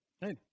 Hey